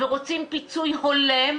ורוצים פיצוי הולם,